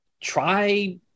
Try